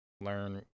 Learn